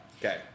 Okay